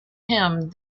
him